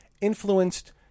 influenced